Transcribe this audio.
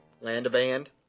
Land-a-Band